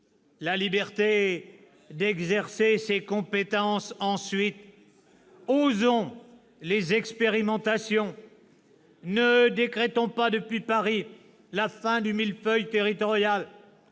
La liberté d'exercer ses compétences, ensuite. Osons les expérimentations ! Ne décrétons pas depuis Paris la fin du millefeuille territorial,